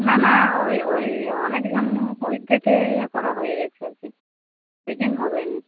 না না ওই ওই অনেক জন ওই ডেটে ইয়ে করা হয়ে গিয়েছে আর কি ওই দিন হবে না